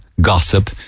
gossip